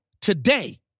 today